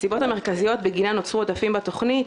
הסיבות המרכזיות שבגינן נוצרו עודפים בתוכנית